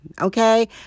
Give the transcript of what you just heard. okay